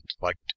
liked